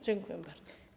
Dziękuję bardzo.